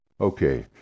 Okay